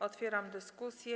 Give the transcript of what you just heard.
Otwieram dyskusję.